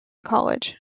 college